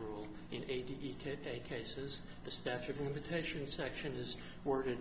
rule in eighty eight cases the statue of limitations section is worded